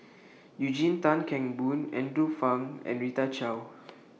Eugene Tan Kheng Boon Andrew Phang and Rita Chao